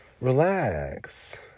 Relax